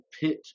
pit